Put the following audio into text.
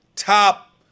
top